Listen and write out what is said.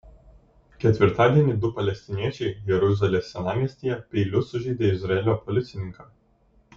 ketvirtadienį du palestiniečiai jeruzalės senamiestyje peiliu sužeidė izraelio policininką